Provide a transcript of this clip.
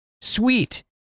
Sweet